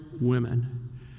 women